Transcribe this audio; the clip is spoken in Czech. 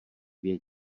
dvě